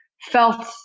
felt